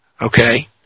Okay